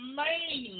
main